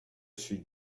suis